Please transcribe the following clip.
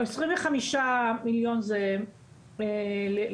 עשרים וחמישה מיליון זה לנושאי